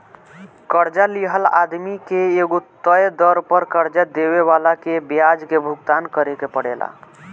कर्जा लिहल आदमी के एगो तय दर पर कर्जा देवे वाला के ब्याज के भुगतान करेके परेला